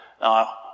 Now